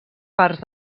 parts